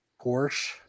Porsche